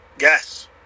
Yes